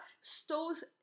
stores